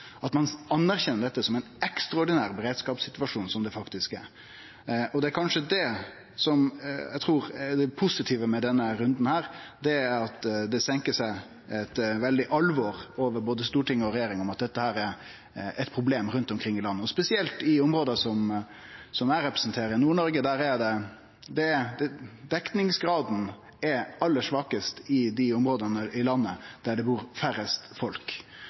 at ein anerkjenner dette som ein ekstraordinær beredskapssituasjon, som det faktisk er. Det er kanskje det som er det positive med denne runden, at det senkar seg eit veldig alvor over både storting og regjering, om at dette er eit problem rundt omkring i landet, og spesielt i områda som eg representerer: Nord-Noreg. Dekningsgraden er aller svakast i dei områda av landet der det bur færrast folk, og befolkningstettleiken er minst i Nord-Noreg. Det er